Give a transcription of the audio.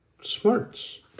smarts